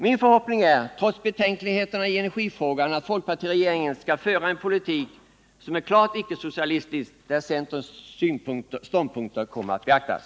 Min förhoppning är, trots betänkligheterna i energifrågan, att folkpartiregeringen skall föra en politik som är klart icke-socialistisk, där centerns ståndpunkter kommer att beaktas.